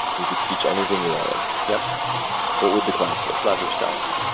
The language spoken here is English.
you could teach anything you wanted yeah what would the class be? love yourself.